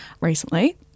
recently